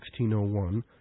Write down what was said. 1601